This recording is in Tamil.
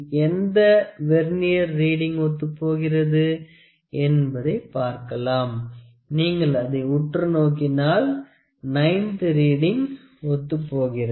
எந்த வெர்னியர் ரீடிங் ஒத்துப் போகிறது என்பதைப் பார்க்கலாம் நீங்கள் அதை உற்று நோக்கினால் 9 த்து ரீடிங் ஒத்துப் போகிறது